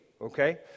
Okay